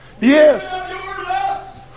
Yes